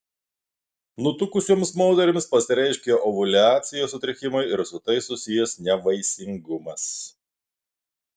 nutukusioms moterims pasireiškia ovuliacijos sutrikimai ir su tai susijęs nevaisingumas